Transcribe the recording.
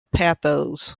pathos